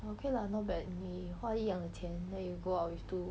okay lah not bad 你花一样的钱 then you go out with two